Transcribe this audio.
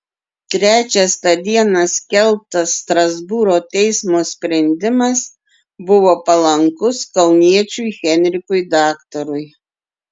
trečias tą dieną skelbtas strasbūro teismo sprendimas buvo palankus kauniečiui henrikui daktarui